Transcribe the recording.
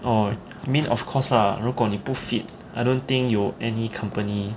oh I mean of course lah 如果你不 fit I don't think 有 any company